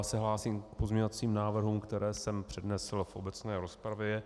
Já se hlásím k pozměňovacím návrhům, které jsem přednesl v obecné rozpravě.